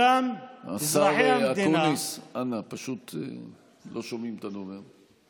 השר אקוניס, אנא, פשוט לא שומעים את הנואם.